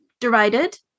derided